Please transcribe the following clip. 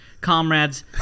comrades